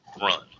run